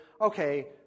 okay